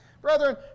Brethren